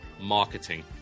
Marketing